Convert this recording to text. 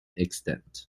extent